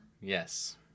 Yes